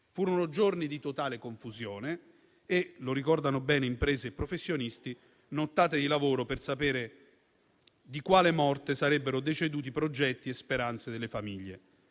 Furono giorni di totale confusione e - lo ricordano bene imprese e professionisti - nottate di lavoro per sapere di quale morte sarebbero deceduti progetti e speranze delle famiglie.